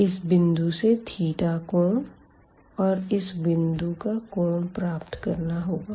इस बिंदु से कोण और इस बिंदु का कोण प्राप्त करना होगा